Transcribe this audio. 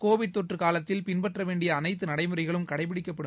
Covid தொற்று காலத்தில் பின்பற்றவேண்டிய அனைத்து நடைமுறைகளும் கடைபிடிக்கப்படும்